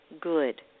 good